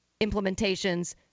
implementations